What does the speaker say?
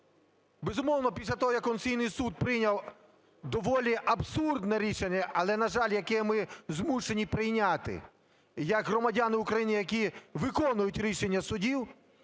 Безумовно, після того, як Конституційний Суд прийняв доволі абсурдне рішення, але, на жаль, яке ми змушені прийняти як громадяни України, які виконують рішення судів,